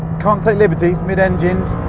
can't take liberties. mid-engined.